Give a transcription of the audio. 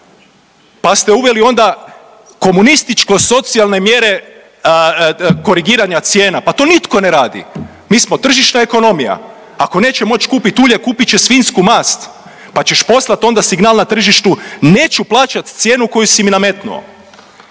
pa ste uveli onda komunističko-socijalne mjere korigiranja cijena. Pa to nitko ne radi. Mi smo tržišna ekonomija, ako neć moć kupit ulje kupit će svinjsku mast pa ćeš onda poslat signal na tržištu neću plaćat cijenu koju si mi nametnuo.